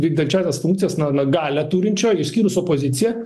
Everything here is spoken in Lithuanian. vykdančiąsias funkcijas na na galią turinčio išskyrus opoziciją